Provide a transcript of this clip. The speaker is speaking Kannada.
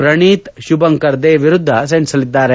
ಪ್ರಣೀತ್ ಶುಭಂಕರ್ ದೆ ವಿರುದ್ದ ಸೆಣಸಲಿದ್ದಾರೆ